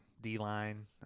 D-line